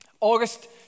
August